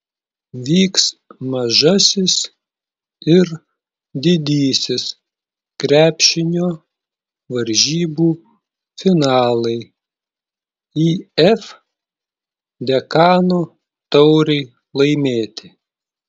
vyks mažasis ir didysis krepšinio varžybų finalai if dekano taurei laimėti